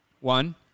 one